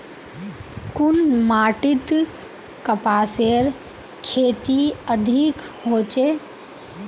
कुन माटित कपासेर खेती अधिक होचे?